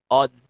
on